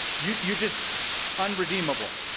you you just unredeemable.